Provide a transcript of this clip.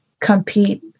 compete